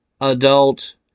adult